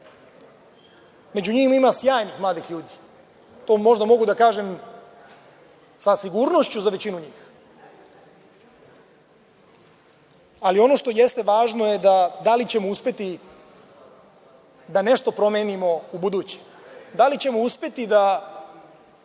Među njima ima sjajnih mladih ljudi, to možda mogu da kažem sa sigurnošću za većinu njih. Ono što jeste važno, da li ćemo uspeti da nešto promenimo u buduće? Da li ćemo uspeti da